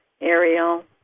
Ariel